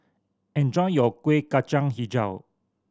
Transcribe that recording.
enjoy your Kueh Kacang Hijau